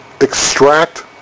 extract